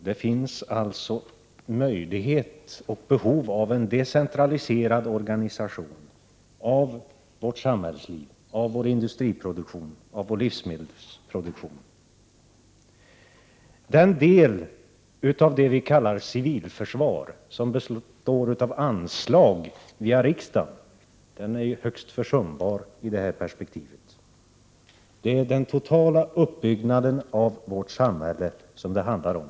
Det finns alltså möjlighet och behov av en decentraliserad organisation av vårt samhällsliv, av vår industriproduktion och av vår livsmedelsproduktion. Den del av det vi kallar civilförsvar och som får anslag via riksdagen är högst försumbar i detta perspektiv. Det är den totala uppbyggnaden av vårt samhälle det handlar om.